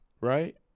Right